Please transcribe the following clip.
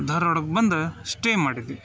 ಧಾರ್ವಾಡಕ್ಕೆ ಬಂದು ಸ್ಟೇ ಮಾಡಿದ್ವಿ